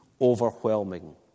overwhelming